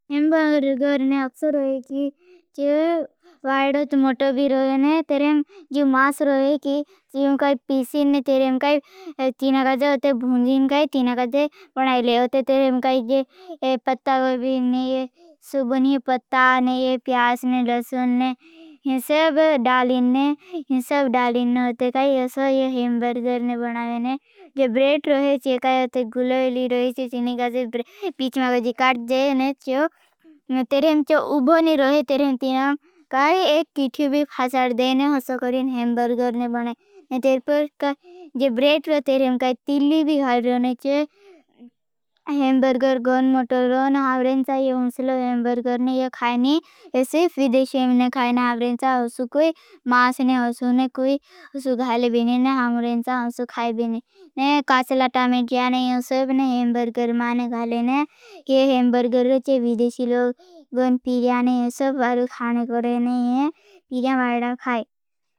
हमबर्गर ने जो रहे कि चाय वाला तो मोटा भी रहे ना। तेरे जो मांस रहे। कि जैस पीसन तेरे काई काजल उते भूजी काई काजल बनाई ले जोते। तेरे का जो पत्ता भी नही ह सुबुन ही पत्ता नही है। प्याज नहीं, लहसुन नहीं सब डाली ने सब डाली काजल। ये हेम्बरगर ने बना लेने जो ब्रेड रहे छे। का गुलेली रहे तीन इकाजल बीच में काजल काट जाए। ना जो तेरे उभी नही रहे। तेरे काई एक किटी भी फसाद देने। ऐसा करीन हेम्बरगर ने बनाया। तेरे पर जो ब्रेड का तिल्ली भी हराना चाहिए। हेम्बरगर गन मोटर हमरे हंसले हेम्बरगर खान सिर्फ विदेशी खएना। हमरे जा कोई मांस नही ह ना। कोई घाल बिना हमरे जान से खाए बिना म काचला टमाटर नही हूं। सब ने हेम्बरगर खा ले न । ये हेम्बरगर विदेशी लोग गन पीरियान सब खान को नही है। प्रियां वाड्रा खाए।